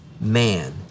man